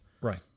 Right